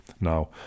Now